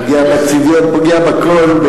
פוגע בצביון, פוגע בכול.